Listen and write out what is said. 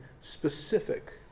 specific